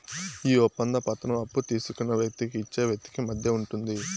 ఈ ఒప్పంద పత్రం అప్పు తీసుకున్న వ్యక్తికి ఇచ్చే వ్యక్తికి మధ్య ఉంటుంది